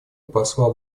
посла